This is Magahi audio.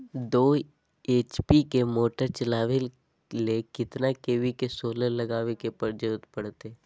दो एच.पी के मोटर चलावे ले कितना के.वी के सोलर लगावे के जरूरत पड़ते?